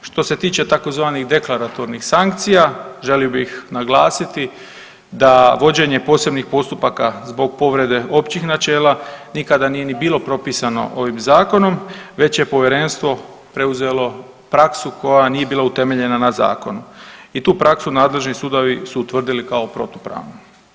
Što se tiče tzv. deklaratornih sankcija, želio bih naglasiti da vođenje posebnih postupaka zbog povrede općih načela nikada nije ni bilo propisano ovim Zakonom već je Povjerenstvo preuzelo praksu koja nije bila utemeljena na zakonu i tu praksu nadležni sudovi su utvrdili kao protupravnu.